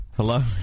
Hello